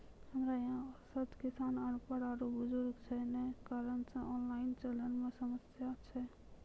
हमरा यहाँ औसत किसान अनपढ़ आरु बुजुर्ग छै जे कारण से ऑनलाइन चलन मे समस्या छै?